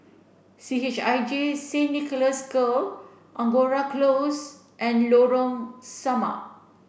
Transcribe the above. C H I J Saint Nicholas Girl Angora Close and Lorong Samak